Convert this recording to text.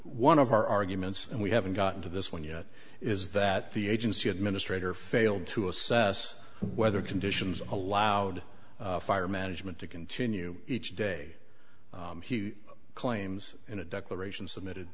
one of our arguments and we haven't gotten to this one yet is that the agency administrator failed to assess whether conditions allowed fire management to continue each day he claims in a declaration submitted